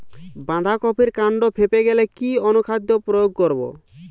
বাঁধা কপির কান্ড ফেঁপে গেলে কি অনুখাদ্য প্রয়োগ করব?